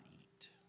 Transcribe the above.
eat